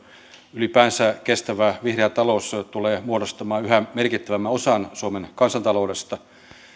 ylipäänsä kestävä vihreä talous tulee muodostamaan yhä merkittävämmän osan suomen kansantaloudesta